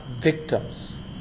victims